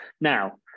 Now